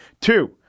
Two